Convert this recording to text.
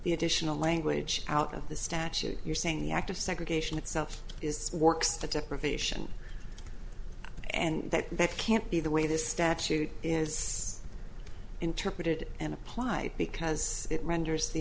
the additional language out of the statute you're saying the act of segregation itself is works to deprivation and that that can't be the way the statute is interpreted and applied because it